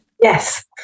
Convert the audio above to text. Yes